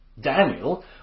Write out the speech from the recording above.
Daniel